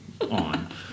on